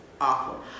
awful